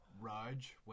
Raj